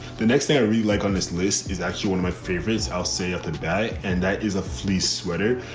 the next thing i read, like on this list is actually one of my favorites, i'll say at the day, and that is a fleece sweater.